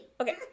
Okay